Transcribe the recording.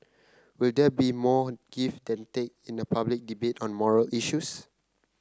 will there be more give than take in a public debate on moral issues